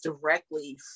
directly